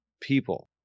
people